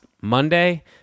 Monday